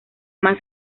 más